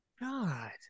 God